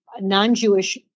non-Jewish